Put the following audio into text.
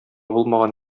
булмаган